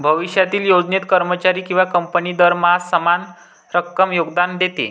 भविष्यातील योजनेत, कर्मचारी किंवा कंपनी दरमहा समान रक्कम योगदान देते